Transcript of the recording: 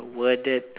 worded